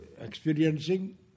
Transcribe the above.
experiencing